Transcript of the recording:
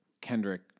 Kendrick